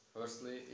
Firstly